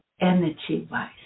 energy-wise